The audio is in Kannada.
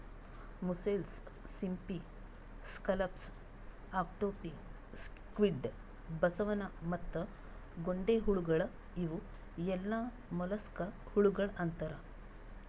ಮುಸ್ಸೆಲ್ಸ್, ಸಿಂಪಿ, ಸ್ಕಲ್ಲಪ್ಸ್, ಆಕ್ಟೋಪಿ, ಸ್ಕ್ವಿಡ್, ಬಸವನ ಮತ್ತ ಗೊಂಡೆಹುಳಗೊಳ್ ಇವು ಎಲ್ಲಾ ಮೊಲಸ್ಕಾ ಹುಳಗೊಳ್ ಅಂತಾರ್